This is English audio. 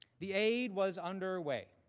the aide was underway.